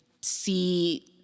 see